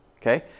Okay